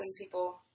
people